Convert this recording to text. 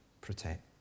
protect